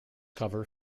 cover